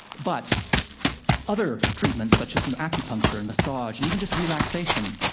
but other treatments such as and acupuncture and massage, and even just relaxation,